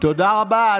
תודה רבה.